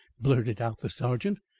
blurted out the sergeant.